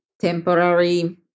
temporary